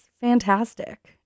fantastic